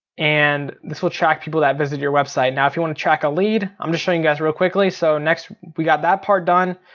and this will track people that visited your website. now if you want to track a lead, i'm just showing you guys real quickly, so next we got that part done.